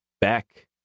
back